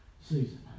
season